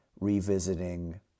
revisiting